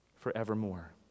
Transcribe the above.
forevermore